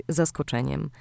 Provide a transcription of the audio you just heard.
zaskoczeniem